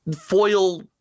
Foil